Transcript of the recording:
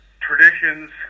traditions